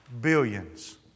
billions